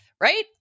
Right